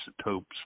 isotopes